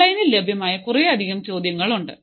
ഓൺലൈനിൽ ലഭ്യമായ കുറെയധികം ചോദ്യങ്ങൾ ഉണ്ട്